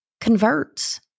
converts